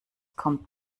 kommt